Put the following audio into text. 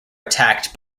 attacked